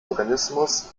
organismus